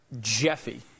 Jeffy